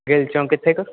ਗਿੱਲ ਚੌਂਕ ਕਿੱਥੇ ਕ